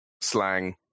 slang